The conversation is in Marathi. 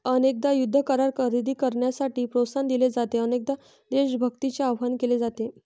अनेकदा युद्ध करार खरेदी करण्यासाठी प्रोत्साहन दिले जाते, अनेकदा देशभक्तीचे आवाहन केले जाते